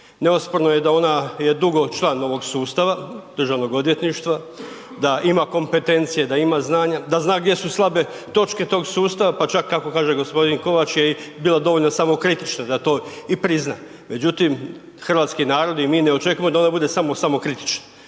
Neosporno je da je ona dugo član ovog sustava državnog odvjetništva, da ima kompetencije, da ima znanja, da zna gdje su slabe točke tog sustava, pa čak kako kaže gospodin Kovač je bila dovoljno i samokritična da to i prizna. Međutim, hrvatski narod i mi ne očekujemo da ona bude samo samokritična,